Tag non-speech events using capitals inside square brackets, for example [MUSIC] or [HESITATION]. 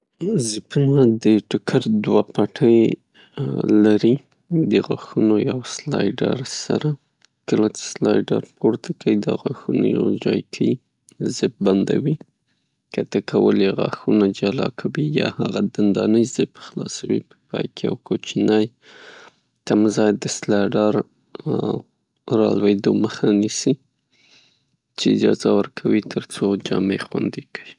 زیپونه د ټوک دوه پټی لري د غاښونو یا سلایډرز سره کله چه سلا‌یدر پورته کړئ دا غاښونه سره یوځای کیی، [HESITATION] زیپ بندوي، کته کول یې غاښونه جلا کوي، یا هغه دندانې زیپ خلاصوي، په پای کې یې یو کوچیني تمځای د سلایډر د رالویدو مخه نیسي، چه اجازه ورکوي تر څو جامې خوندې کړي.